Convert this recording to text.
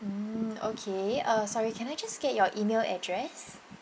mm okay uh sorry can I just get your email address